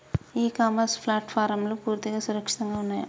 ఇ commerce ప్లాట్ఫారమ్లు పూర్తిగా సురక్షితంగా ఉన్నయా?